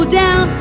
down